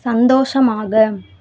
சந்தோஷமாக